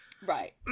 right